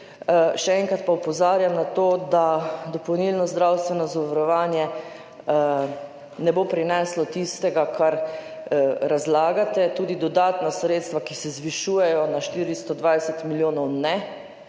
Še enkrat pa opozarjam na to, da dopolnilno zdravstveno zavarovanje ne bo prineslo tistega, kar razlagate, tudi dodatna sredstva, ki se zvišujejo na 420 milijonov, ne,